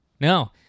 no